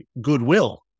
goodwill